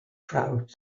proud